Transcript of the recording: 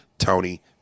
Tony